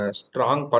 strong